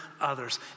others